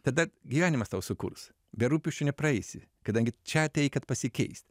tada gyvenimas tau sukurs be rūpesčių nepraeisi kadangi čia atėjai kad pasikeist